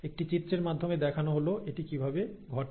একটি চিত্রের মাধ্যমে দেখানো হল এটি কিভাবে ঘটে